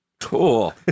cool